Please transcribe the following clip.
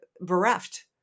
bereft